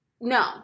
No